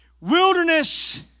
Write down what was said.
Wilderness